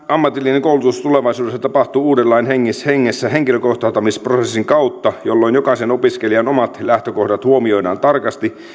ammatillinen koulutus tapahtuu tulevaisuudessa uuden lain hengessä hengessä henkilökohtaistamisprosessin kautta jolloin jokaisen opiskelijan omat lähtökohdat huomioidaan tarkasti